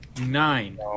Nine